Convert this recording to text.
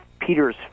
Peter's